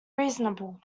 reasonable